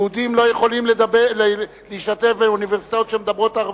יהודים לא יכולים להשתתף באוניברסיטאות שמדברות ערבית,